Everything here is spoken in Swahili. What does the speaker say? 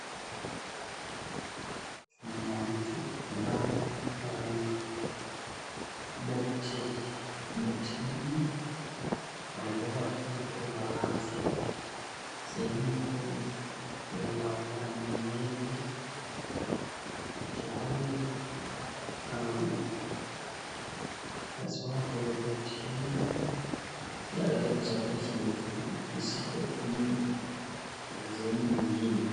Kuna mtu ambaye ana boti, boti hili amebeba vitu malazi, sehemu hili lina maji mengi, mtu huyu amesimama kwenye boti hilo ili awezenkusafirisha mizigo hiyo kwenye sehemu nyingine.